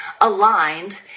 aligned